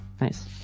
Nice